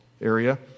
area